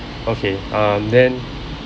okay um then